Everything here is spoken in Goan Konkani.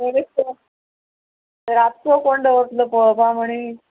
ते दीस तो रातचो कोण दवरलो पळोपा मणीस